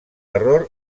error